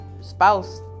spouse